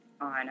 on